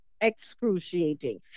excruciating